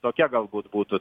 tokia galbūt būtų